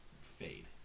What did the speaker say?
fade